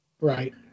Right